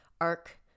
ARC